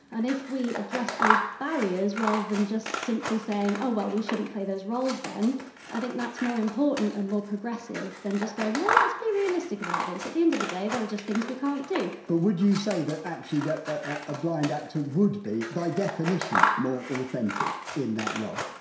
and if we address those barriers, rather than just simply saying oh well, we shouldn't play those roles then i think that's more important and more progressive than just going well, let's be realistic about this, at the end of the day there are just things we can't do. but would you say that actually a ah blind actor would be, by definition, more authentic in that role?